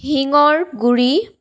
হিঙৰ গুড়ি